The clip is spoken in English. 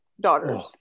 daughters